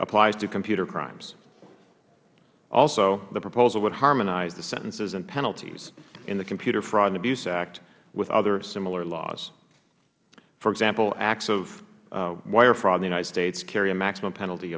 applies to computer crimes also the proposal would harmonize the sentences and penalties in the computer fraud and abuse act with other similar laws for example acts of wire fraud in the united states carry a maximum